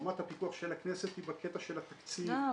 רמת הפיתוח של הכנסת היא בקטע של התקציב --- לא,